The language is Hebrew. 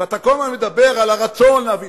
אתה כל הזמן מדבר על הרצון להביא.